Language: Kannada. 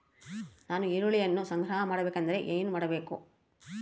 ನಾನು ಈರುಳ್ಳಿಯನ್ನು ಸಂಗ್ರಹ ಮಾಡಬೇಕೆಂದರೆ ಏನು ಮಾಡಬೇಕು?